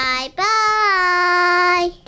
Bye-bye